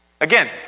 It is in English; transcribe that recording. Again